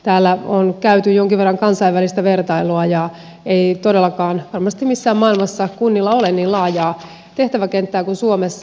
täällä on käyty jonkin verran kansainvälistä vertailua eikä todellakaan varmasti missään maailmassa kunnilla ole niin laajaa tehtäväkenttää kuin suomessa